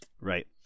Right